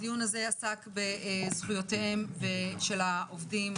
הדיון הזה עסק בזכויותיהם של העובדים,